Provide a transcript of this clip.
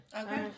okay